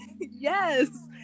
Yes